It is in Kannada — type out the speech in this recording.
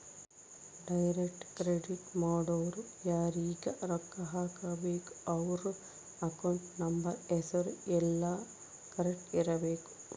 ಡೈರೆಕ್ಟ್ ಕ್ರೆಡಿಟ್ ಮಾಡೊರು ಯಾರೀಗ ರೊಕ್ಕ ಹಾಕಬೇಕು ಅವ್ರ ಅಕೌಂಟ್ ನಂಬರ್ ಹೆಸರು ಯೆಲ್ಲ ಕರೆಕ್ಟ್ ಇರಬೇಕು